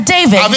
David